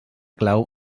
clau